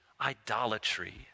idolatry